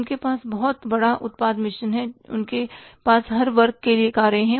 उनके पास बहुत बड़ा उत्पाद मिश्रण है उनके पास हर वर्ग के लोगों के लिए कारें हैं